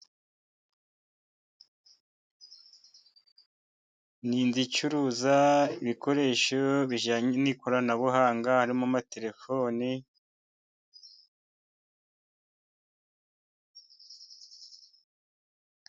Ni inzu icuruza ibikoresho bijyanye n'ikoranabuhanga, harimo amatelefoni.